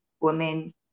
women